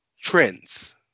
trends